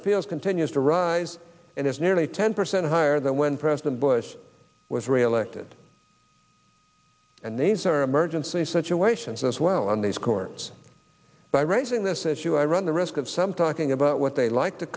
appeals continues to rise and is nearly ten percent higher than when president bush was re elected and these are emergency situations as well and these chords by raising this issue i run the risk of some talking about what they like to